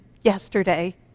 yesterday